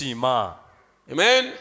Amen